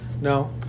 no